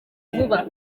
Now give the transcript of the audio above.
vuba